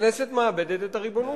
הכנסת מאבדת את הריבונות.